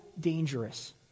dangerous